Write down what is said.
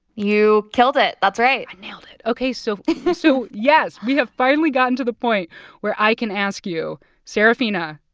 you killed it. that's right i nailed it. ok. so so yes, we have finally gotten to the point where i can ask you sarafina,